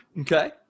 okay